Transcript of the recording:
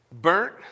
burnt